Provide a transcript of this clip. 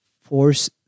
force